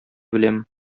беләм